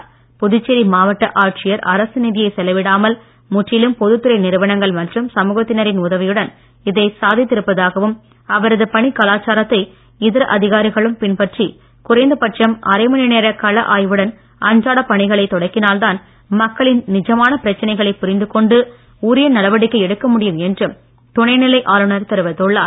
காரைக்கால் மாவட்ட ஆட்சியர் அரசு நிதியை செலவிடாமல் முற்றிலும் பொதுத்துறை நிறுவனங்கள் மற்றும் சமூகத்தினரின் உதவியுடன் இதை சாதித்திருப்பதாகவும் அவரது பணிக் கலாச்சாரத்தை இதர அதிகாரிகளும் பின்பற்றி குறைந்தபட்சம் அரை மணி நேர கள ஆய்வுடன் அன்றாடப் பணிகளை தொடக்கினால் தான் மக்களின் நிஜமான பிரச்சனைகளைப் புரிந்து கொண்டு உரிய நடவடிக்கை எடுக்க முடியும் என்றும் துணைநிலை ஆளுநர் தெரிவித்துள்ளார்